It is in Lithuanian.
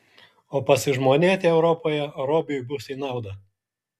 o pasižmonėti europoje robiui bus į naudą